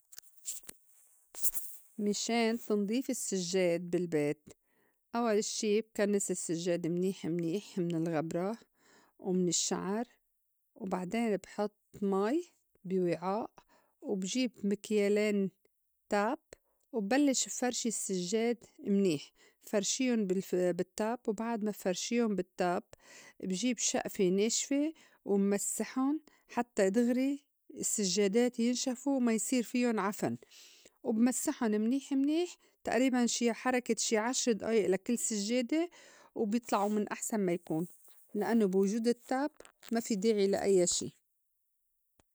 مِشان تنضيف السجّاد بالبيت أوّل شي بكنّس السجّاد منيح منيح من الغبرة ومن الشّعر وبعدين بحُط مي بي وِعاء بجيب مكيالين تاب وبلّش بفرشي السجّاد منيح بفرشيُن بالف بالتّاب وبعد ما فرشيُن بالتّاب بجيب شئفة ناشفة وبمسِّحُن حتّى دغري السجّادات ينشفو ما يصير فيُن عفن وبمسّحُن منيح منيح تئريباً شي حركة شي عشر دئايئ لكل سجّادة وبيطلعو من أحسن ما يكون لإنّو بوجود التّاب ما في داعي لأيّا شي.